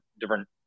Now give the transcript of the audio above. different